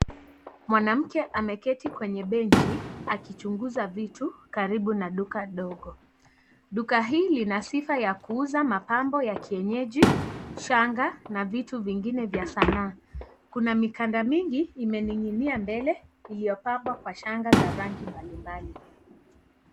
Mwanamke ameketi kwenye benchi, akichunguza vitu, karibu na duka dogo, duka hili lina sifa ya kuuza mapambo ya kienyeji, shanga, na vitu vingine vya sanaa, kuna mikanda mingi imeninginia mbele, iliyopambwa kwa shanga za rangi mbali mbali.